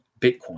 Bitcoin